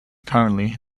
currently